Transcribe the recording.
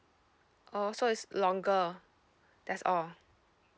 oh so it's longer that's all